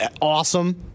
awesome